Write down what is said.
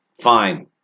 fine